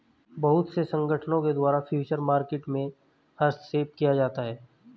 बहुत से संगठनों के द्वारा फ्यूचर मार्केट में हस्तक्षेप किया जाता है